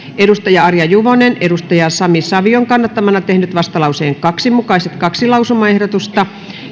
arja juvonen sami savion kannattamana vastalauseen kaksi mukaiset kaksi lausumaehdotusta